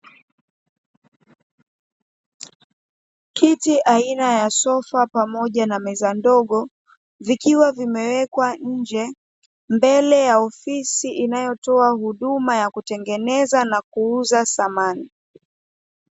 Kiti aina ya sofa pamoja na meza ndogo, vikiwa vimewekwa nje, mbele ya ofisi inayotoa huduma ya kutengeneza na kuuza samani.